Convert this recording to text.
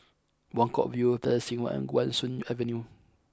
Buangkok View Plaza Singapura and Guan Soon Avenue